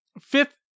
fifth